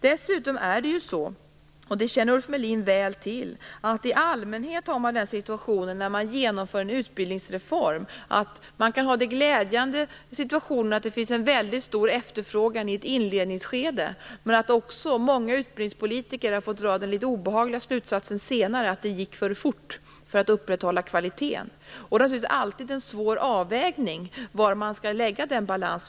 Dessutom, och det känner Ulf Melin väl till, har man i allmänhet den situationen när man genomför en utbildningsreform att det finns en väldigt stor efterfrågan i ett inledningsskede. Men många utbildningspolitiker har senare fått dra den litet obehagliga slutsatsen att det gick för fort för att man skulle kunna upprätthålla kvaliteten. Det är naturligtvis alltid en svår avvägning hur man skall balansera det här.